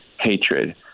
hatred